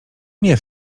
nie